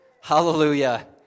Hallelujah